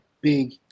big